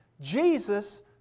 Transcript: Jesus